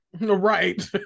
right